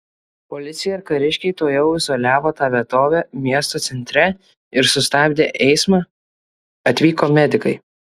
policija ir kariškiai tuojau izoliavo tą vietovę miesto centre ir sustabdė eismą atvyko medikai